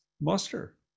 muster